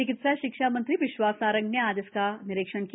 चिकित्सा शिक्षा मंत्री विश्वास सारंग ने आज इसका निरीक्षण किया